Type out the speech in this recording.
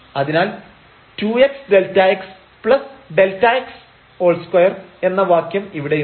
അതിനാൽ 2xΔx Δx2 എന്ന വാക്യം ഇവിടെയുണ്ട്